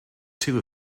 two